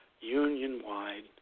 union-wide